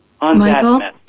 Michael